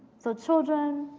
so children,